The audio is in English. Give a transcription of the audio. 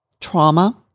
trauma